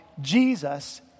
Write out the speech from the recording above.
Jesus